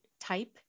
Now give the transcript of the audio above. type